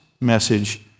message